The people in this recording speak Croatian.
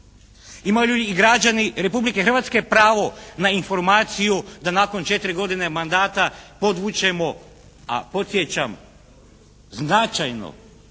Imaju i građani Republike Hrvatske pravo na informaciju da nakon 4 godine mandata podvučemo, a podsjećam značajnu